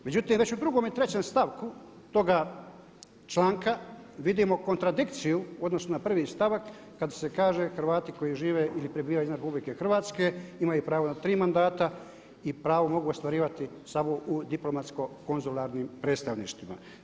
Međutim, već u drugome i trećem stavku toga članka vidimo kontradikciju u odnosu na prvi stavak kada se kaže Hrvati koji žive ili prebivaju izvan RH imaju pravo na tri mandata i pravo mogu ostvarivati samo u diplomatsko konzularnim predstavništvima.